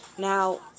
Now